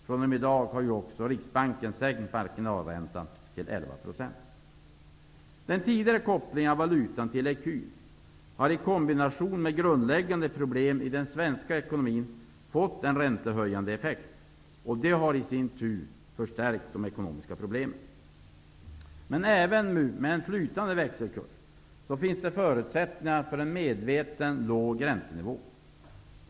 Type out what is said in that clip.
fr.o.m. i dag har Riksbanken också sänkt marginalräntan till 11 procent. Den tidigare kopplingen av valutan till ecun har i kombination med grundläggande problem i den svenska ekonomin fått en räntehöjande effekt. Det har i sin tur förstärkt de ekonomiska problemen. Även med en flytande växelkurs finns förutsättningar för en medvetet låg räntenivå.